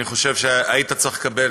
אני חושב שהיית צריך לקבל,